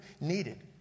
needed